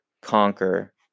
conquer